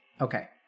Okay